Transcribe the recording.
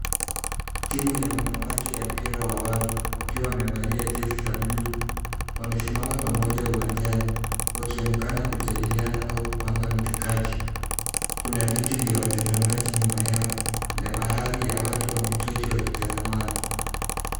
Timu ya wanawake ya mpira wa wavu wakiwa wamevalia jezi za blue . Wamesimama pamoja uwanjani wakionekana kujadiliana au kupanga mikakati. Kuna viti vya watazamaji nyuma yao na baadhi ya watu wameketi wakitazamana.